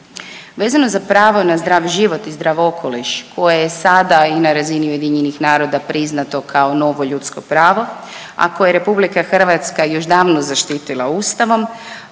Vezano za pravo na zdrav život i zdrav okoliš koje je sada i na razini UN-a priznato kao novo ljudsko pravo, a koje je RH još davno zaštitila Ustavom.